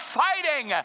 fighting